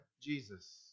Jesus